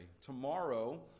Tomorrow